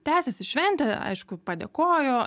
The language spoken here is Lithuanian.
tęsiasi šventė aišku padėkojo